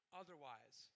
otherwise